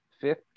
fifth